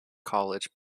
college